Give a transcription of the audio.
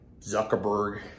Zuckerberg